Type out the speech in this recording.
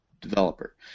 developer